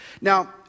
Now